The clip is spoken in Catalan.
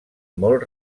molt